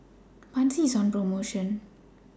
Pansy IS on promotion